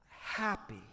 happy